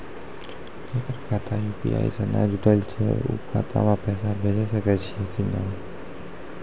जेकर खाता यु.पी.आई से नैय जुटल छै उ खाता मे पैसा भेज सकै छियै कि नै?